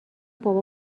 بابا